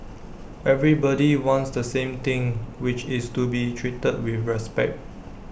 everybody wants the same thing which is to be treated with respect